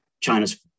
China's